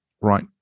right